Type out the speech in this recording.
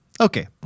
Okay